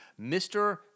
Mr